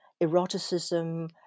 eroticism